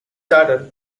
daughter